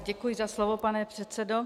Děkuji za slovo, pane předsedo.